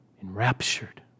enraptured